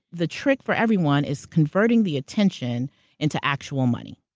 the trick for everyone is converting the attention into actual money.